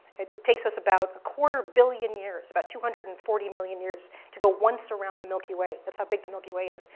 it takes us about a quarter billion years, about two hundred and forty million years to go once around the milky way. that's how big the milky way is,